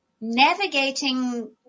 navigating